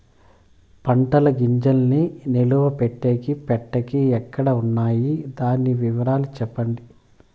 పంటల గింజల్ని నిలువ పెట్టేకి పెట్టేకి ఎక్కడ వున్నాయి? దాని వివరాలు సెప్పండి?